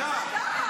תתביישי.